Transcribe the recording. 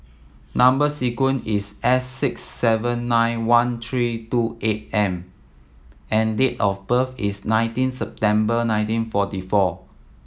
number sequence is S six seven nine one three two eight M and date of birth is nineteen September nineteen forty four